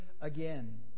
again